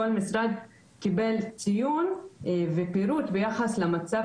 כל משרד קיבל ציון ופירוט ביחס למצב